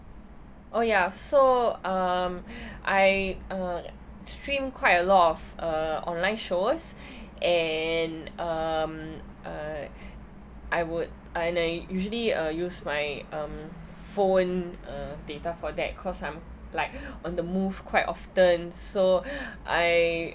oh ya so um I uh stream quite a lot of uh online show and um uh I would and I usually uh use my um phone uh data for that cause I'm like on the move quite often so I